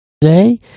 today